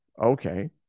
Okay